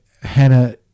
Hannah